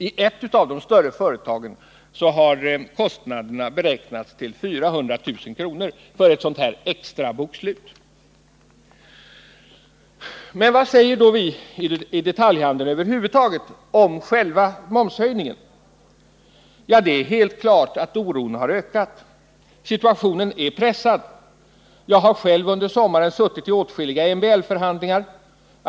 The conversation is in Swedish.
I ett av de större företagen har kostnaderna för ett sådant extra bokslut beräknats till 400 000 kr. Vad säger då vi i detaljhandeln över huvud taget om själva momshöjningen? Ja, det är helt klart att oron har ökat. Situationen är pressad. Jag har själv under sommaren suttit i åtskilliga MBL-förhandlingar.